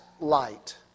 light